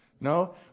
No